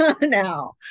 now